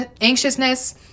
anxiousness